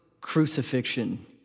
Crucifixion